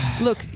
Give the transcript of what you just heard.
Look